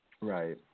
Right